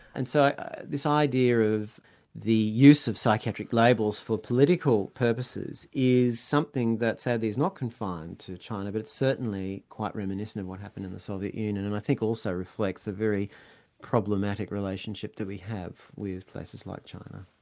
and so this idea of the use of psychiatric labels for political purposes is something that sadly is not confined to china but certainly quite reminiscent of what happened in the soviet union, and i think also reflects a very problematic relationship that we have with places like china.